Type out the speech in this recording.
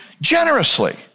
generously